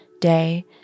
day